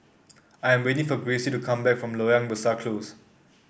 I am waiting for Gracie to come back from Loyang Besar Close